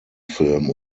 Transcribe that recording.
film